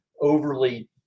overly